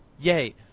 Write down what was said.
Yay